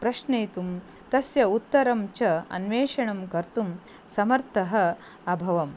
प्रश्नेतुं तस्य उत्तरं च अन्वेषणं कर्तुं समर्थः अभवम्